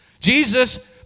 Jesus